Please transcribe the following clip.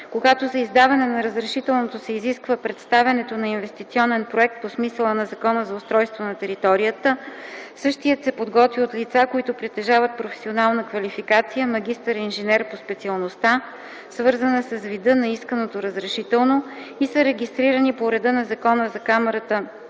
Когато за издаване на разрешителното се изисква представянето на инвестиционен проект по смисъла на Закона за устройство на територията, същият се подготвя от лица, които притежават професионална квалификация "магистър-инженер" по специалността, свързана с вида на исканото разрешително и са регистрирани по реда на Закона за камарите